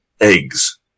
eggs